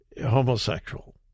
homosexual